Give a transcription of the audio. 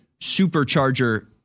supercharger